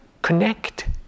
connect